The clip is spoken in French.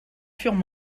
furent